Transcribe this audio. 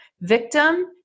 victim